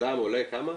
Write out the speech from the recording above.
לאדם עולה כמה?